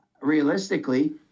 Realistically